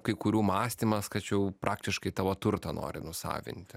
kai kurių mąstymas kad čia jau praktiškai tavo turtą nori nusavinti